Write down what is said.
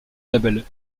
label